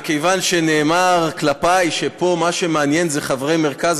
מכיוון שנאמר כלפי שפה מה שמעניין זה חברי מרכז,